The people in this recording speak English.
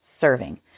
serving